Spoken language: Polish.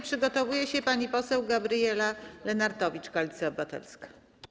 Przygotowuje się pani poseł Gabriela Lenartowicz, Koalicja Obywatelska.